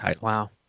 Wow